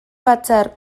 batzar